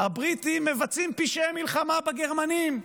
הבריטים מבצעים פשעי מלחמה בגרמנים.